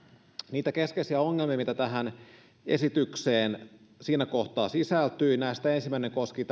niitä keskeisiä ongelmia mitä tähän esitykseen siinä kohtaa sisältyi näistä ensimmäinen koski